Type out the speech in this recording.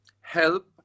help